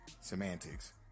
semantics